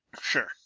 Sure